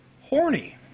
horny